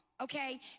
okay